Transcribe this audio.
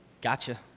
gotcha